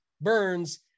Burns